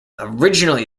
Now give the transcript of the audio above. originally